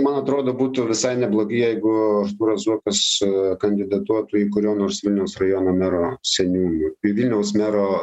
man atrodo būtų visai neblogi jeigu artūras zuokas kandidatuotų į kurio nors vilniaus rajono mero seniunų į vilniaus mero